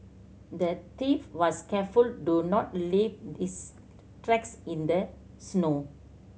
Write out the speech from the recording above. the thief was careful do not leave his tracks in the snow